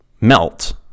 melt